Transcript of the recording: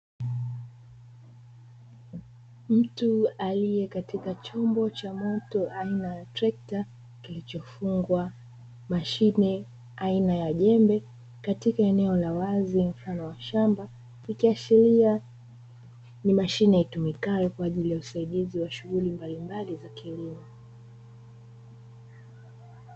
Mtu aliye katika chombo cha moto aina trekta, kilichofungwa mashine aina ya jembe katika eneo la wazi mfano wa shamba ikiashiria ni mashine itumikayo kwa ajili ya usaidizi wa shughuli mbalimbali za kilimo.